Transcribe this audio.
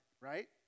right